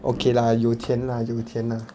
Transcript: okay lah 有钱 lah 有钱 lah